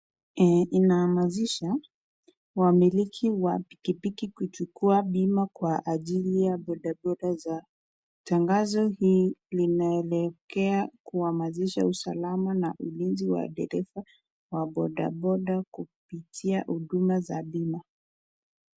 Inaamazisha wamiliki wa pikipiki kuchukua bima kwa ajili ya boda boda zao. Tangazo hii linaelekea kuwaazimisha usalama na ulinzi wa madereva wa boda boda kupitia huduma za bima.